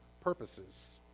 purposes